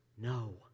no